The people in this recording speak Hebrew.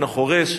עין-החורש,